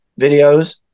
videos